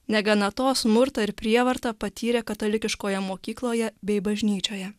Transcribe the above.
negana to smurtą ir prievartą patyrė katalikiškoje mokykloje bei bažnyčioje